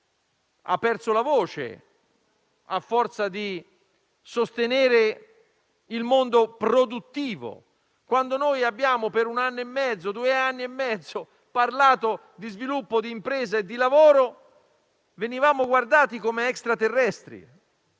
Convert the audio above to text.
ha perso la voce a forza di sostenere il mondo produttivo. Quando per due anni e mezzo abbiamo parlato di sviluppo, di impresa e di lavoro, venivamo guardati come extraterrestri.